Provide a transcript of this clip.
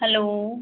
hello